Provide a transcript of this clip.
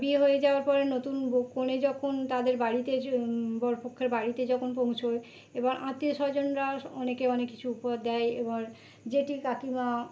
বিয়ে হয়ে যাওয়ার পরে নতুন বো কনে যখন তাদের বাড়িতে যে বর পক্ষের বাড়িতে যখন পৌঁছোয় এবার আত্মীয় স্বজনরা অনেকে অনেক কিছু উপহার দেয় এবার জেঠি কাকিমা